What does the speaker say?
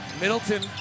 middleton